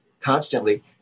constantly